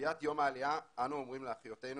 בקביעת יום העלייה אנו אומרים לאחיותינו